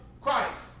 Christ